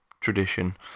tradition